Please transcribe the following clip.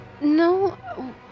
No